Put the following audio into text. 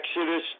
exodus